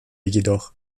jedoch